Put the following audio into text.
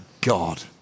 God